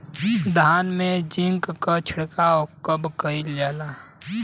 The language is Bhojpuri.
धान में जिंक क छिड़काव कब कइल जाला?